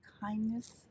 kindness